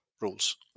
rules